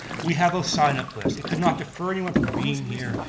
we have a sign-up list. it could not defer anyone from being here,